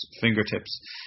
fingertips